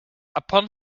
upon